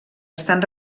estan